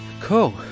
Cool